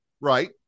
right